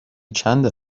چند